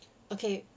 okay